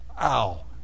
Ow